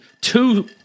two